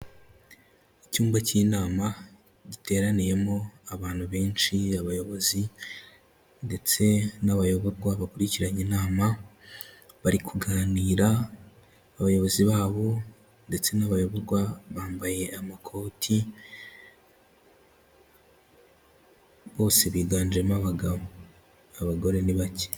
Icyumba k'inama giteraniyemo abantu benshi, abayobozi ndetse n'abayoborwa bakurikiranye inama bari kuganira, abayobozi babo ndetse n'abayoborwa bambaye amakoti, bose biganjemo abagabo, abagore ni bake.